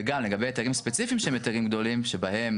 וגם לגבי היתרים ספציפיים שהם היתרים גדולים שבהם